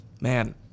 man